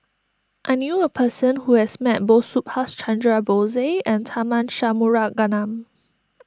I knew a person who has met both Subhas Chandra Bose and Tharman Shanmugaratnam